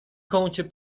kącie